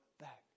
back